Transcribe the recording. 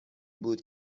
بود